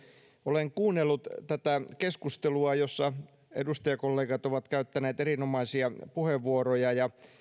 olen kuunnellut tätä keskustelua jossa edustajakollegat ovat käyttäneet erinomaisia puheenvuoroja ja